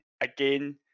again